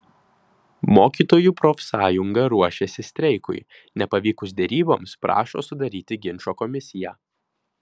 mokytojų profsąjunga ruošiasi streikui nepavykus deryboms prašo sudaryti ginčo komisiją